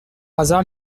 hasard